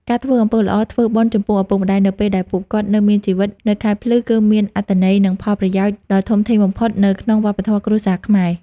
ការធ្វើអំពើល្អ ធ្វើបុណ្យ ចំពោះឪពុកម្តាយនៅពេលដែលពួកគាត់នៅមានជីវិត នៅខែភ្លឺ គឺមានអត្ថន័យ និងផលប្រយោជន៍ដ៏ធំធេងបំផុតនៅក្នុងវប្បធម៌គ្រួសារខ្មែរ។